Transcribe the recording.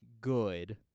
good